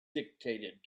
dictated